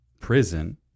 prison